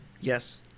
Yes